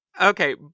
okay